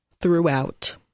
throughout